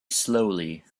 slowly